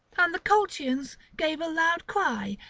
and the colchians gave a loud cry,